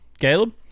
Caleb